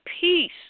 peace